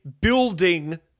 building